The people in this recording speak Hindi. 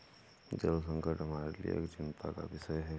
जल संकट हमारे लिए एक चिंता का विषय है